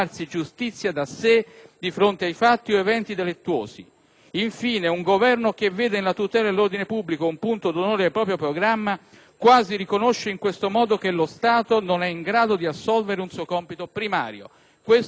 Infine, un Governo che vede nella tutela dell'ordine pubblico un punto d'onore del proprio programma quasi riconosce in questo modo che lo Stato non è in grado di assolvere un suo compito primario». Questo è ciò che scrive il professor Cardia su «Avvenire».